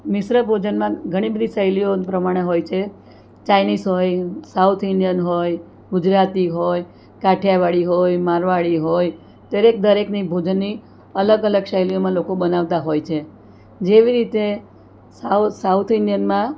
મિશ્ર ભોજનમાં ઘણી બધી શૈલીઓ પ્રમાણે હોય છે ચાઇનીઝ હોય સાઉથ ઇંડિયન હોય ગુજરાતી હોય કાઠિયાવાડી હોય મારવાડી હોય દરેક દરેકની ભોજનની અલગ અલગ શૈલીઓમાં લોકો બનાવતા હોય છે જેવી રીતે સાઉ સાઉથ ઇંડિયનમાં